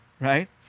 right